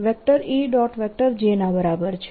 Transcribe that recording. J ના બરાબર છે